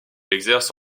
exerce